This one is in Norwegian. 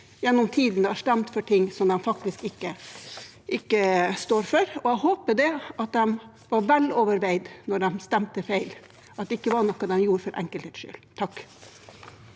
gjennom tidene stemt for ting som de faktisk ikke sto for. Jeg håper det da var veloverveid, når man stemte feil, og at det ikke var noe man gjorde for enkelthets skyld. Takk.